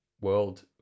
world